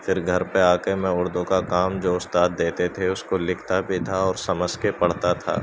پھر گھر پہ آ کے میں اردو کا کام جو استاد دیتے تھے اس کو لکھتا بھی تھا اور سمجھ کے پڑھتا تھا